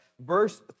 verse